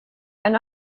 and